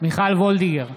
מיכל וולדיגר,